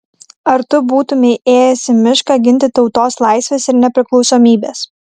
ar tu būtumei ėjęs į mišką ginti tautos laisvės ir nepriklausomybės